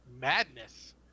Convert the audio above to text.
madness